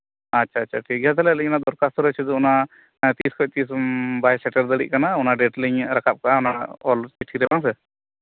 ᱟᱪᱪᱷᱟ ᱟᱪᱪᱷᱟ ᱴᱷᱤᱠ ᱜᱮᱭᱟ ᱛᱟᱦᱞᱮ ᱟᱹᱞᱤᱧ ᱚᱱᱟ ᱫᱚᱨᱠᱷᱟᱥᱛᱚᱨᱮ ᱚᱱᱟ ᱛᱤᱥ ᱠᱷᱚᱡ ᱛᱤᱥ ᱵᱟᱭ ᱥᱮᱴᱮᱨ ᱫᱟᱲᱮᱭᱟᱜ ᱠᱟᱱᱟ ᱚᱱᱟ ᱰᱮᱴ ᱞᱤᱧ ᱨᱟᱠᱟᱵᱽ ᱠᱟᱜᱼᱟ ᱚᱱᱟ ᱪᱤᱴᱷᱤᱨᱮ ᱵᱟᱝᱥᱮ